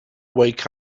wake